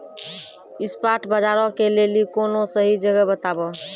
spot बजारो के लेली कोनो सही जगह बताबो